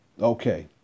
Okay